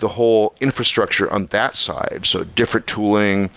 the whole infrastructure on that side. so different tooling,